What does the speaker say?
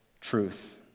truth